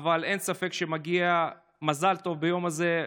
אין ספק שמגיע מזל טוב ביום הזה,